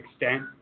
extent